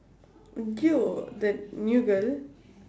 the new girl